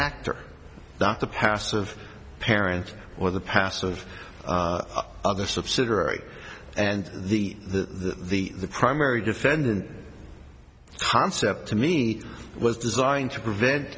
the passive parent or the passive other subsidiary and the the the the primary defendant concept to me was designed to prevent